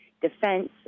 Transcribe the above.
defense